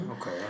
okay